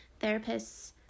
therapists